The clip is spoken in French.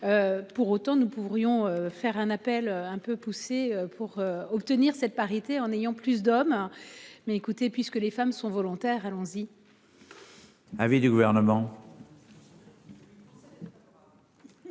Pour autant, nous pourrions faire un appel un peu poussé pour obtenir cette parité en n'ayant plus d'hommes. Mais écoutez puisque les femmes sont volontaires. Allons-y.